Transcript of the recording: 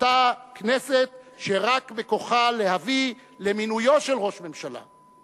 אותה כנסת שרק בכוחה להביא למינויו של ראש ממשלה.